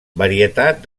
varietat